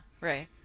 right